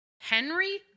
Henry